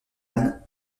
anne